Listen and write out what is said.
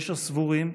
יש הסבורים,